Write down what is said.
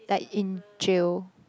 like in jail